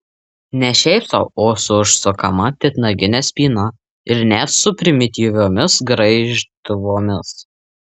ne šiaip sau o su užsukama titnagine spyna ir net su primityviomis graižtvomis